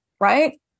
right